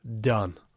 Done